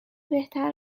بهتر